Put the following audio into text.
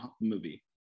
movie